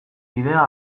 bidea